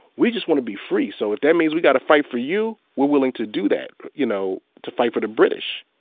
we just want to be free. so if that means we've got to fight for you, we're willing to do that, you know, to fight for the british.